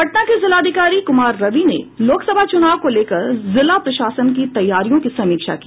पटना के जिलाधिकारी कुमार रवि ने लोकसभा चुनाव को लेकर जिला प्रशासन की तैयारियों की समीक्षा की